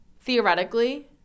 theoretically